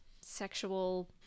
sexual